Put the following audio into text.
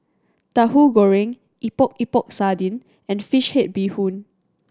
Tahu Goreng Epok Epok Sardin and fish head bee hoon